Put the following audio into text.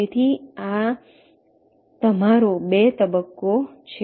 તેથી આ તમારો 2 તબક્કો છે